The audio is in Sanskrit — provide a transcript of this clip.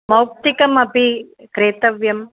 मौक्तिकमपि क्रेतव्यम्